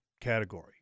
category